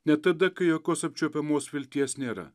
net tada kai jokios apčiuopiamos vilties nėra